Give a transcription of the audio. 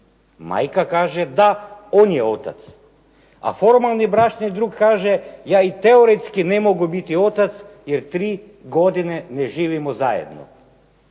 Majka kaže: "Da, on je otac.", a formalni bračni drug kaže: "Ja i teoretski ne mogu biti otac jer 3 godine ne živimo zajedno."